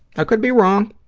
i could be wrong.